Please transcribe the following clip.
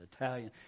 Italian